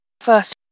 first